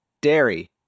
Dairy